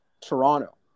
Toronto